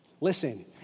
Listen